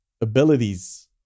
abilities